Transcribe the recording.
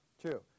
true